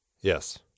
Yes